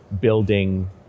building